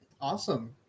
Awesome